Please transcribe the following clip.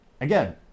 again